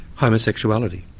homosexuality?